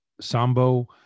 sambo